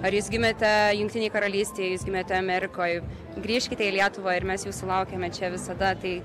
ar jūs gimėte jungtinėj karalystėj jūs gimėte amerikoj grįžkite į lietuvą ir mes jūsų laukiame čia visada tai